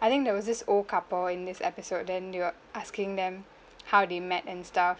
I think there was this old couple in this episode then they were asking them how they met and stuff